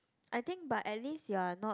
I think but at least you are not